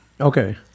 Okay